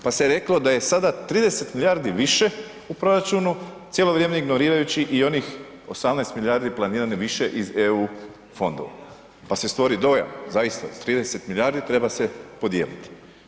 Pa se reklo da je sada 30 milijardi više u proračunu cijelo vrijeme ignorirajući i onih 18 milijardi planiranih više iz EU fondova, pa se stvori dojam, zaista s 30 milijardi treba se podijeliti.